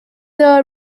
دار